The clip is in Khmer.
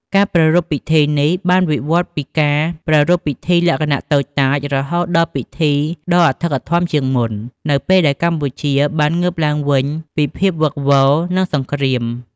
ការប្រារព្ធពិធីនេះបានវិវត្តន៍ពីការប្រារព្ធពិធីលក្ខណៈតូចតាច រហូតដល់ពិធីដ៏អធិកអធមជាងមុន នៅពេលដែរកម្ពុជាបានងើបឡើងវិញពីភាពវឹកវរ និងសង្គ្រាម។